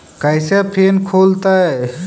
कैसे फिन खुल तय?